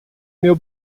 meu